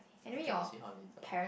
okay we'll see how later